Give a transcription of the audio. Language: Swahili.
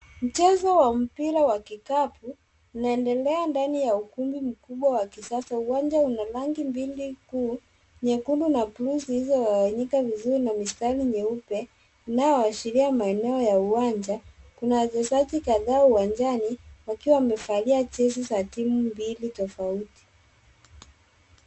Mchezo wa mpira wa kikapu unaendelea ndani ya ukumbi mkubwa wa kisasa. Uwanja una rangi mbili kuu nyekundu na bluu zilizogawanyika vizuri na mistari nyeupe inayoashiria maeneo ya uwanja. Kuna wachezaji kadhaa uwanjani wakiwa wamevalia jezi za timu mbili tofauti.